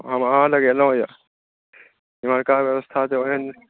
आब अहाँ लग अयलहुॅं ऐं पुरनका व्यवस्था तऽ एहन